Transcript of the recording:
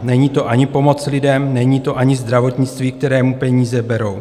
Není to ani pomoc lidem, není to ani zdravotnictví, kterému peníze berou.